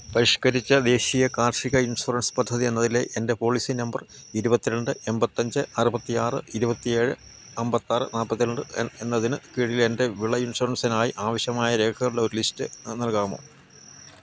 പരിഷ്ക്കരിച്ച ദേശീയ കാർഷിക ഇൻഷുറൻസ് പദ്ധതിയെന്നതിലെ എൻറ്റെ പോളിസി നമ്പർ ഇരുപത്തിരണ്ട് എണ്പത്തിയഞ്ച് അറുപത്തിയാറ് ഇരുപത്തിയേഴ് അമ്പത്തിയാറ് നാല്പ്പത്തിരണ്ട് എന്നതിന് കീഴിലെൻറ്റെ വിള ഇൻഷുറൻസിനായി ആവശ്യമായ രേഖകളുടെ ഒരു ലിസ്റ്റ് നൽകാമോ